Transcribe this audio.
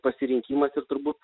pasirinkimas ir turbūt